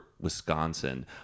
Wisconsin